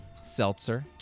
seltzer